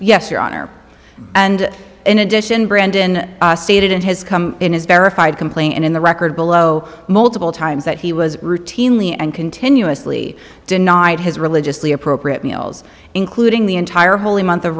honor and in addition brandon didn't has come in his verified complaint and in the record below multiple times that he was routinely and continuously denied his religiously appropriate meals including the entire holy month of